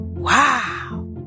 Wow